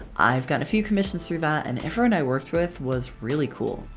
i've got a few commissions through that and everyone i worked with was really cool.